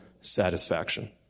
satisfaction